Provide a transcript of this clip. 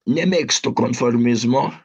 nemėgstu konformizmo